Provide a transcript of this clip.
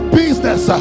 business